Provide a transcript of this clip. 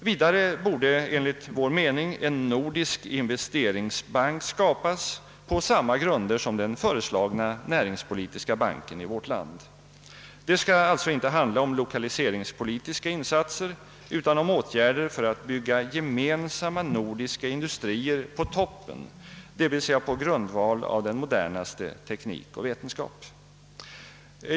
Vidare borde enligt vår mening en nordisk investeringsbank skapas på samma grunder som den föreslagna näringspolitiska banken i vårt land. Det skall alltså inte handla om lokaliseringspolitiska insatser utan om åtgärder för att bygga gemensamma nordiska industrier »på toppen», d. v. s. på grundval av den modernaste teknik och vetenskap.